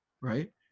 right